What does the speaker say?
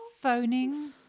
phoning